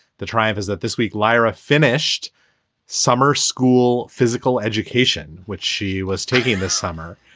the triumph is that this week lyra finished summer school physical education, which she was taking this summer,